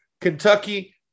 Kentucky